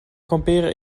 kamperen